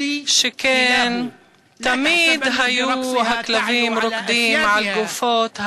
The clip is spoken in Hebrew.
שכן תמיד היו הכלבים רוקדים על גופות האריות,